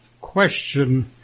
question